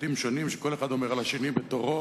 ציטוטים שונים, שכל אחד אומר על השני בתורו.